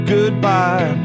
Goodbye